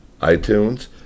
iTunes